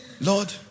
Lord